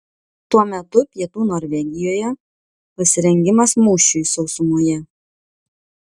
tuo metu pietų norvegijoje pasirengimas mūšiui sausumoje